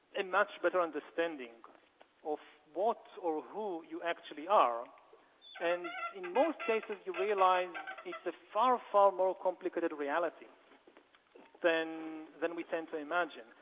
and much better understanding of what or who you actually are and in most cases, you realize it's a far far more complicated reality than than we tend to imagine.